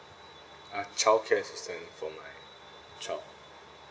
ah childcare assistant for my child